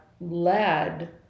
led